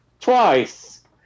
Twice